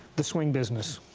the swing business.